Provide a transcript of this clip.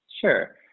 Sure